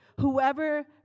Whoever